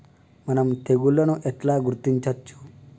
మనం తెగుళ్లను ఎట్లా గుర్తించచ్చు?